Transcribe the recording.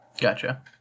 Gotcha